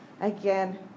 again